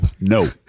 No